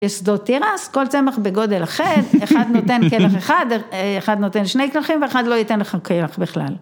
יש שדות תירס, כל צמח בגודל אחר, אחד נותן קלח אחד, אחד נותן שני קלחים ואחד לא ייתן לך קלח בכלל.